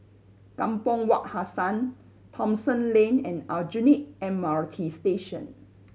Kampong Wak Hassan Thomson Lane and Aljunied M R T Station